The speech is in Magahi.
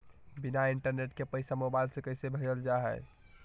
बिना इंटरनेट के पैसा मोबाइल से कैसे भेजल जा है?